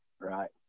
Right